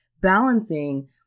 balancing